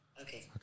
Okay